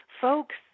folks